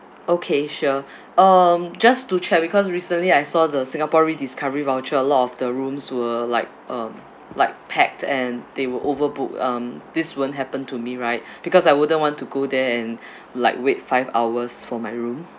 okay sure um just to check because recently I saw the singapore rediscovery voucher a lot of the rooms were like um like packed and they were overbooked um this won't happen to me right because I wouldn't want to go there and like wait five hours for my room